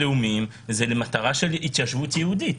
המטרה הייתה התיישבות יהודית.